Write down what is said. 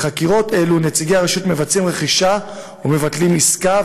בחקירות אלו נציגי הרשות מבצעים רכישה ומבטלים עסקה,